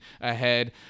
ahead